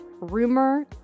rumor